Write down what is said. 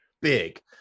Big